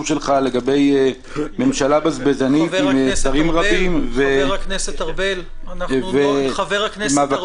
שלך לגבי ממשלה בזבזנית עם שרים רבים -- חבר הכנסת ארבל.